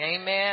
Amen